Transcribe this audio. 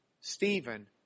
Stephen